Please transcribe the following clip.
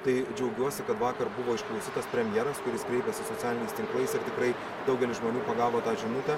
tai džiaugiuosi kad vakar buvo išlausytas premjeras kuris kreipėsi socialiniais tinklais ir tikrai daugelis žmonių pagavo tą žinutę